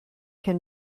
can